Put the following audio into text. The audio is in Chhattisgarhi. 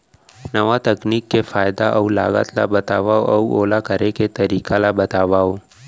नवा तकनीक के फायदा अऊ लागत ला बतावव अऊ ओला करे के तरीका ला बतावव?